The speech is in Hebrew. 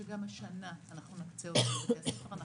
שגם השנה אנחנו נקצה אותו לבתי הספר.